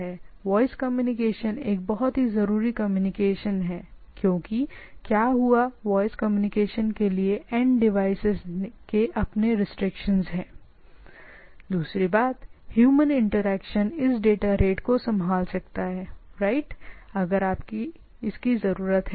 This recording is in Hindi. जब तक वॉइस की चीजों का ठीक ठीक से कंसर्न्ड होता है क्योंकि सबसे पहले वॉइस का अपना मतलब है उस कम्युनिकेशन का अंत में डिवाइसेज के साथ अपना रिस्ट्रिक्शन है दूसरी बात हुमन इंटरेक्शन इस डेटा रेट और चीजों के प्रकार को संभाल सकता है राइट अगर वहाँ है तो सभी की जरूरत है